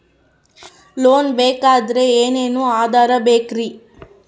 Loan ಬೇಕಾದ್ರೆ ಏನೇನು ಆಧಾರ ಬೇಕರಿ?